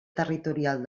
territorial